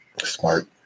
Smart